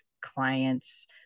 clients